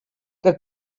que